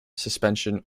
suspension